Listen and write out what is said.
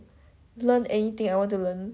learn anything I want to learn